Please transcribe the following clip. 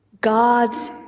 God's